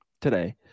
today